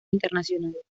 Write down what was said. internacionales